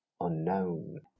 unknown